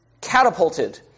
catapulted